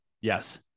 Yes